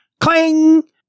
cling